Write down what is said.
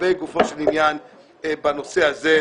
לגופו של עניין בנושא הזה,